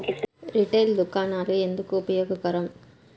Retail దుకాణాలు ఎందుకు ఉపయోగకరం?